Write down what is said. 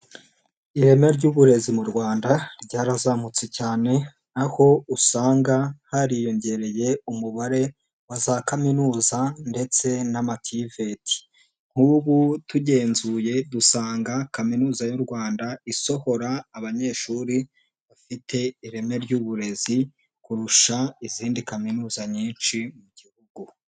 Ireme ry'uburezi mu Rwanda ryarazamutse cyane aho usanga hariyongereye umubare wa za kaminuza ndetse n'amativeti. Nk'ubu tugenzuye dusanga kaminuza y'u Rwanda isohora abanyeshuri bafite ireme ry'uburezi kurusha izindi kaminuza nyinshi mu gihugu.